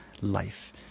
life